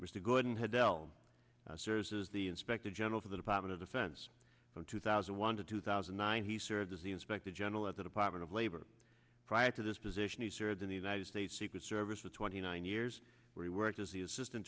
mr gordon had dell serves as the inspector general for the department of defense from two thousand and one to two thousand and nine he served as the inspector general at the department of labor prior to this position he served in the united states secret service for twenty nine years where he worked as the assistant